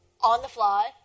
on-the-fly